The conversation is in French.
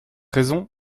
raison